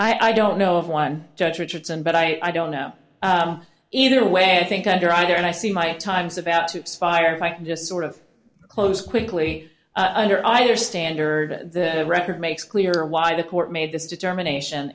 merits i don't know of one judge richardson but i don't know either way i think either either and i see my time's about to fire if i can just sort of close quickly under either standard record makes clear why the court made this determination